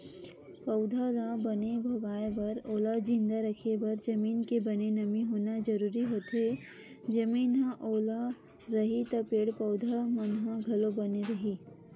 पउधा ल बने भोगाय बर ओला जिंदा रखे बर जमीन के बने नमी होना जरुरी होथे, जमीन ह ओल रइही त पेड़ पौधा मन ह घलो बने रइही